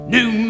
New